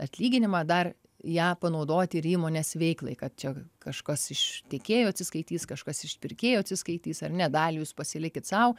atlyginimą dar ją panaudot ir įmonės veiklai kad čia kažkas iš tiekėjų atsiskaitys kažkas iš pirkėjų atsiskaitys ar ne dalį jūs pasilikit sau